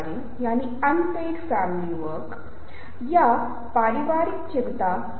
यह एक मानसिक और भावनात्मक सत्ता है जो किसी व्यक्ति को विरासत में देती है 47 या चरित्र की विशेषता बताती है